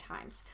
times